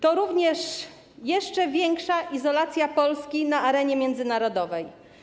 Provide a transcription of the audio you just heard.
To również jeszcze większa izolacja Polski na arenie międzynarodowej.